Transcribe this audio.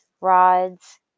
Rods